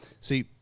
See